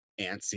antsy